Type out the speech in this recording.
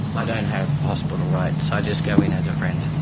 i don't have hospital rights, i just go in as a friend.